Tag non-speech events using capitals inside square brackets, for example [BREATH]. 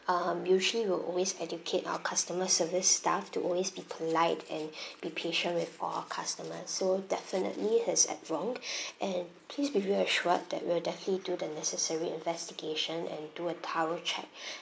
um usually we'll always educate our customer service staff to always be polite and [BREATH] be patient with our customers so definitely he's at wrong and please be reassured that we'll definitely to the necessary investigation and do a thorough check [BREATH]